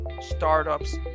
startups